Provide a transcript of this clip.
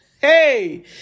hey